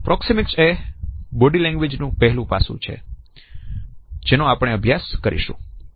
proxemics એ body language નું પહેલું પાસું છે જેનો આપણે અભ્યાસ કરશું